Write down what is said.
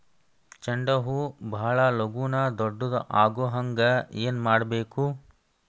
ಚಂಡ ಹೂ ಭಾಳ ಲಗೂನ ದೊಡ್ಡದು ಆಗುಹಂಗ್ ಏನ್ ಮಾಡ್ಬೇಕು?